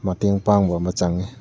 ꯃꯇꯦꯡ ꯄꯥꯡꯕ ꯑꯃ ꯆꯪꯉꯤ